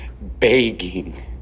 begging